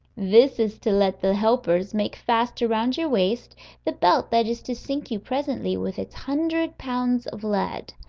this is to let the helpers make fast around your waist the belt that is to sink you presently with its hundred pounds of lead.